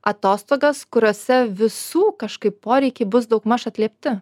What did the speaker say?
atostogas kuriose visų kažkaip poreikiai bus daugmaž atliepti